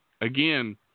Again